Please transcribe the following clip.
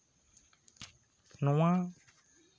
ᱱᱚᱣᱟ